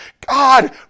God